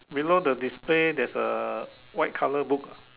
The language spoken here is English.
below the display there is a white color book lah